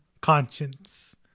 conscience